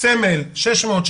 סמל שש מאות,